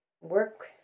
work